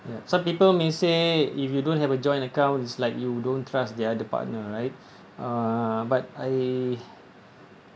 ya some people may say if you don't have a joint account it's like you don't trust the other partner right uh but I